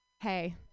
hey